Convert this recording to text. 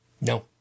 No